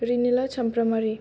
रिनिला सामफ्रामहारि